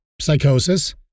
psychosis